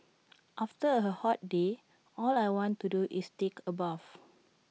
after A hot day all I want to do is take A bath